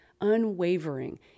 unwavering